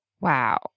Wow